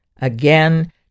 Again